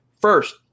First